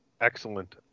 Excellent